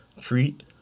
treat